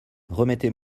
remettez